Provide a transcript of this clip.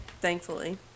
Thankfully